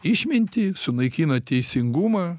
išmintį sunaikina teisingumą